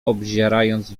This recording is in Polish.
obzierając